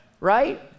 right